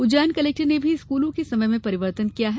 Ujjain collector ने भी स्कूलों के समय में परिवर्तन किया है